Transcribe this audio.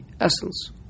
essence